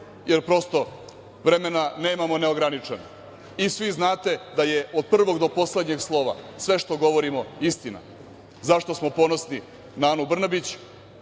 jer prosto vremena nemamo neograničeno. I svi znate da je od prvog do poslednjeg slova sve što govorimo istina. Zašto smo ponosni na Anu Brnabić,